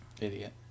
Idiot